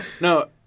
No